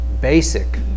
basic